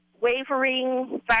wavering